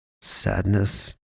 Sadness